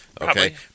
Okay